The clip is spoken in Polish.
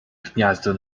gniazdo